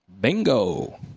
Bingo